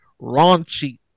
raunchy